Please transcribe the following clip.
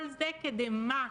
כל זה כדי מה?